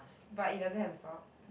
but it doesn't have a sock